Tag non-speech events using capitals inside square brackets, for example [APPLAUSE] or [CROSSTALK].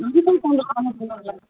கண்டிப்பாக [UNINTELLIGIBLE] வேணும்ல